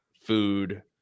food